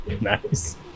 Nice